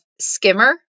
Skimmer